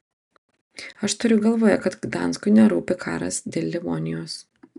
aš turiu galvoje kad gdanskui nerūpi karas dėl livonijos